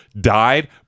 died